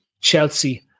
Chelsea